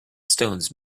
stones